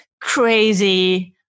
crazy